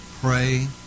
pray